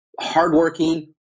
hardworking